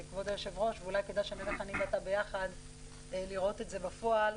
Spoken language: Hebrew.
ואולי כדאי שנלך אני ואתה ביחד לראות את זה בפועל,